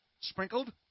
sprinkled